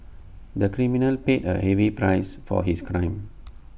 the criminal paid A heavy price for his crime